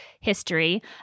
history